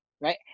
right